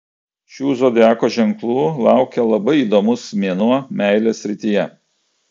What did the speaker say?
šių zodiako ženklų laukia labai įdomus mėnuo meilės srityje